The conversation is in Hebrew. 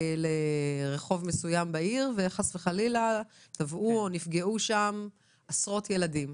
לרחוב מסוים בעיר וחס וחלילה טבעו או נפגעו שם עשרות ילדים.